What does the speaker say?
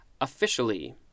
officially